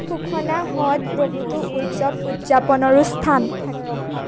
সুখনা হ্ৰদ বহুতো উৎসৱ উদযাপনৰো স্থান